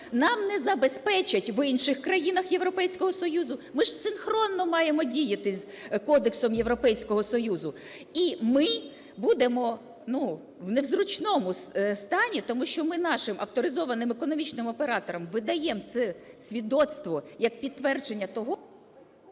нам не забезпечать в інших країнах Європейського Союзу. Ми ж синхронно маємо діяти з кодексом Європейського Союзу. І ми будемо, ну, в незручному стані. Тому що ми нашим авторизованим економічним операторам видаємо це свідоцтво як підтвердження того… ГОЛОВУЮЧИЙ.